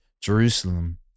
Jerusalem